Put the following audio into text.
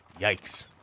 Yikes